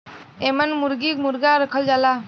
एमन मुरगी मुरगा रखल जाला